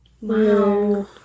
Wow